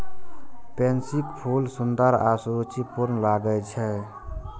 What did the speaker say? पैंसीक फूल सुंदर आ सुरुचिपूर्ण लागै छै